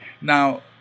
now